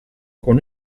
con